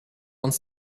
uns